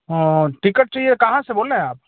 हाँ हाँ टिकट चाहिए कहाँ से बोल रहे हैं आप